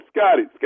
Scotty